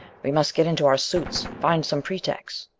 we must get into our suits find some pretext.